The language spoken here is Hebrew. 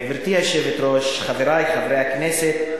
גברתי היושבת-ראש, חברי חברי הכנסת,